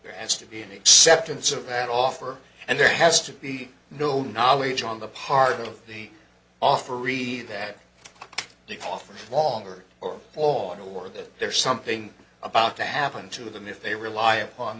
there has to be an acceptance of that offer and there has to be no knowledge on the part of the offer re that the offer longer or shorter or that there's something about to happen to them if they rely upon